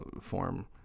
form